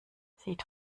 sieht